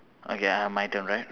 okay uh my turn right